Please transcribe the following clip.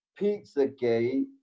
Pizzagate